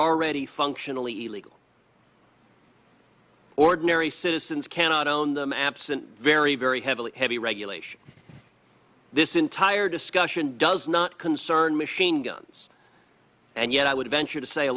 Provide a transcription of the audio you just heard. already functionally illegal ordinary citizens cannot own them absent very very heavily heavy regulation this entire discussion does not concern machine guns and yet i would venture to say a